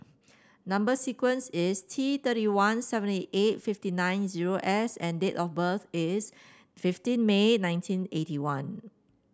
number sequence is T thirty one seventy eight fifty nine zero S and date of birth is fifteen May nineteen eighty one